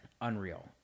Unreal